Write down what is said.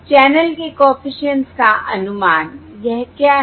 channel के coefficients का अनुमान यह क्या है